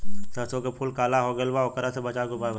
सरसों के फूल काला हो गएल बा वोकरा से बचाव के उपाय बताई?